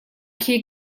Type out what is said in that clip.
khi